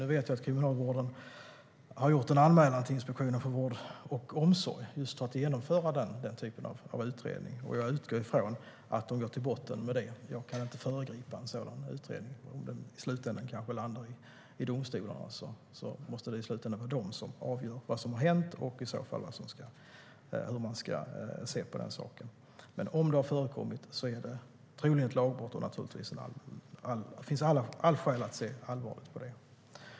Nu vet jag att Kriminalvården har gjort en anmälan till Inspektionen för vård och omsorg just om att genomföra den typen av utredning, och jag utgår ifrån att de går till botten med det. Jag kan inte föregripa en sådan utredning. Om det i slutändan kanske landar i domstol måste det vara domstolen som avgör vad som har hänt och i så fall hur man ska se på den saken. Om det har förekommit är det dock troligen ett lagbrott, och det finns naturligtvis alla skäl att se allvarligt på det.